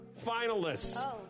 finalists